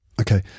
Okay